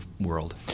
world